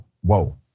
Whoa